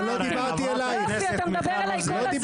כשאני מדברת אתה מדבר אליי כל הזמן.